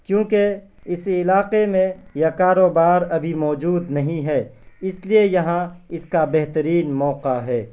کیونکہ اسی علاقے میں یہ کاروبار ابھی موجود نہیں ہے اس لیے یہاں اس کا بہترین موقع ہے